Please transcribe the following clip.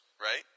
right